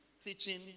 teaching